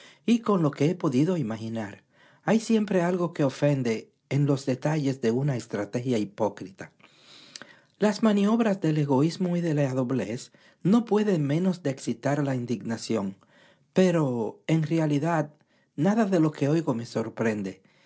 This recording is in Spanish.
y con lo que he podido imaginar hay siempre algo que ofende en los detalles de una estrategia hipócrita las maniobras del egoísmo y de la doblez no pueden menos de excitar la indignación pero en realidad nada de lo que oigo me sorprende